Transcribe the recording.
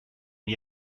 n’y